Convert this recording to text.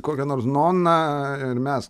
kokią nors noną ir mes